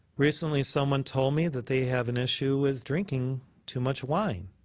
recently someone told me that they have an issue with drinking too much wine